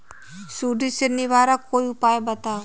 सुडी से निवारक कोई उपाय बताऊँ?